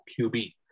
QB